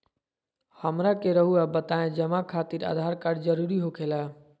हमरा के रहुआ बताएं जमा खातिर आधार कार्ड जरूरी हो खेला?